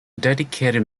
dedicated